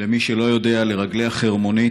למי שלא יודע, לרגלי החרמונית,